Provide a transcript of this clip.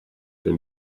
been